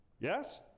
Yes